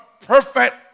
perfect